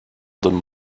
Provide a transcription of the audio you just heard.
them